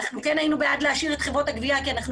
כן הינו בעד להשאיר את חברות הגבייה כי אנו